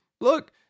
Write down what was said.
look